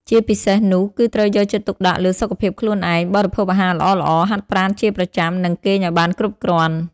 ជាពិសេសនោះ គឺត្រូវយកចិត្តទុកដាក់លើសុខភាពខ្លួនឯង បរិភោគអាហារល្អៗ ហាត់ប្រាណជាប្រចាំ និងគេងឱ្យបានគ្រប់គ្រាន់។